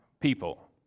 people